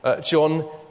John